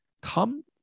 come